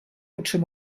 potser